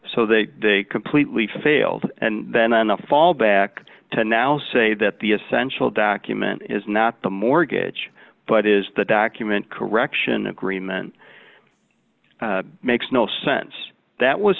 so they completely failed and then the fallback to now say that the essential document is not the mortgage but is the document correction agreement makes no sense that was